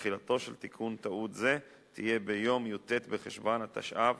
תחילתו של תיקון טעות זה תהיה ביום י"ט בחשוון התשע"ו,